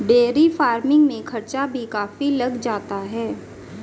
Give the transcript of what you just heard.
dairy farming में खर्चा भी काफी लग जाता है